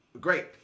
Great